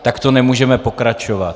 Takto nemůžeme pokračovat.